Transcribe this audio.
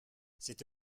c’est